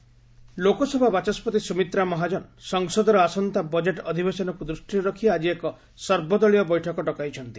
Sumitra all party Lok Sabha ବାଚସ୍କତି ସ୍ୱମିତ୍ରା ମହାଜନ ସଂସଦର ଆସନ୍ତା ବଜେଟ୍ ଅଧିବେଶନକୁ ଦୃଷ୍ଟିରେ ରଖି ଆଜି ଏକ ସର୍ବଦଳୀୟ ବୈଠକ ଡକାଇଛନ୍ତି